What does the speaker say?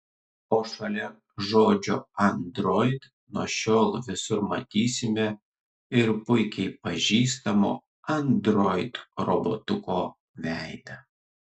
o šalia žodžio android nuo šiol visur matysime ir puikiai pažįstamo android robotuko veidą